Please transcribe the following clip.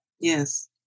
Yes